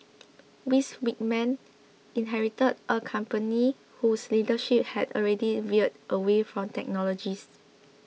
Ms Whitman inherited a company whose leadership had already veered away from technologists